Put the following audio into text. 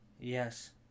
Yes